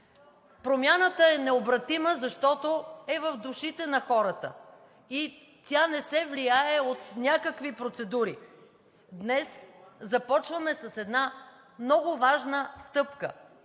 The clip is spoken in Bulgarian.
Промяната е необратима, защото е в душите на хората и тя не се влияе от някакви процедури. Днес започваме с една много важна стъпка